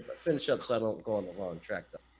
ah finish up so i don't go on the wrong track them